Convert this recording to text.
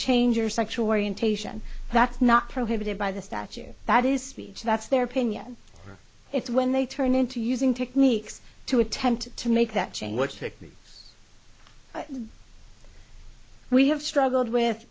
change your sexual orientation that's not prohibited by the statute that is speech that's their opinion it's when they turn into using techniques to attempt to make that change what technique we have struggled with